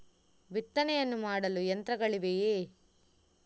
ಬಿತ್ತನೆಯನ್ನು ಮಾಡಲು ಯಂತ್ರಗಳಿವೆಯೇ?